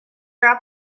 are